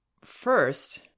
First